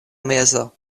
mezo